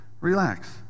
Relax